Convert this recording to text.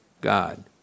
God